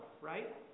right